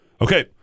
okay